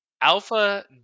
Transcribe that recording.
Alpha